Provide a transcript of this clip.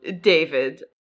David